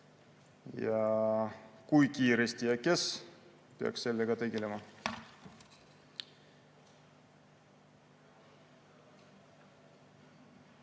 ja kui kiiresti ja kes peaks sellega tegelema.